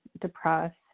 depressed